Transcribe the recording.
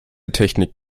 technik